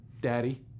daddy